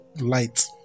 light